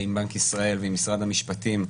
עם בנק ישראל ועם משרד המשפטים,